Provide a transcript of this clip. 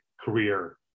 career